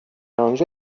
انجا